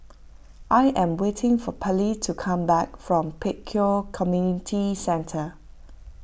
I am waiting for Pallie to come back from Pek Kio Community Centre